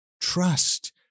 trust